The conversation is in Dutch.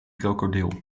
krokodil